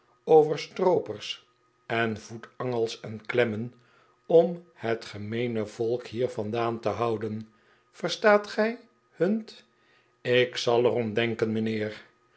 over stroopers en voetangels en klemmen om het gemeene volk hier vandaan te houden verstaat gij hunt ik zal er om denken mijnheer